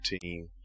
team